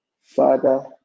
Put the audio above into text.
Father